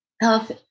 health